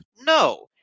no